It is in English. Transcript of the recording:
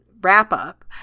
wrap-up